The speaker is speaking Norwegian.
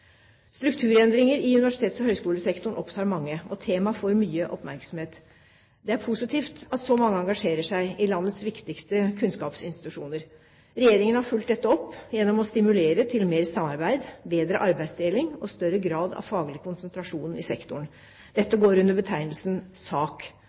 Strukturendringer i universitets- og høyskolesektoren opptar mange, og temaet får mye oppmerksomhet. Det er positivt at så mange engasjerer seg i landets viktigste kunnskapsinstitusjoner. Regjeringen har fulgt dette opp gjennom å stimulere til mer samarbeid, bedre arbeidsdeling og større grad av faglig konsentrasjon i sektoren.